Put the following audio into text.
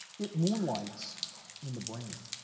it moonlights in the brain.